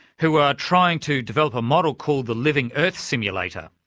who are trying to develop a model called the living earth simulator.